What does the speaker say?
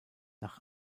nach